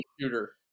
shooter